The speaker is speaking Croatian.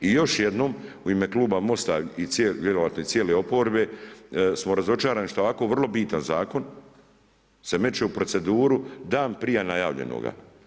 I još jednom u ime kluba MOST-a i vjerojatno cijele oporbe smo razočarani što je ovako vrlo bitan zakon se meće u proceduru dan prije najavljenoga.